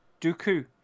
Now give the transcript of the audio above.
dooku